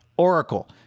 Oracle